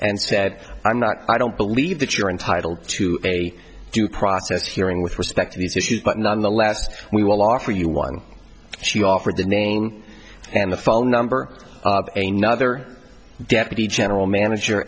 and said i'm not i don't believe that you're entitled to a due process hearing with respect to these issues but nonetheless we will offer you one she offered the naming and the phone number of a nother deputy general manager